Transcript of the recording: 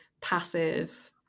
passive